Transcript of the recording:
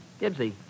Gibbsy